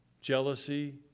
jealousy